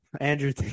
Andrew